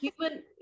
human